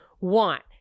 want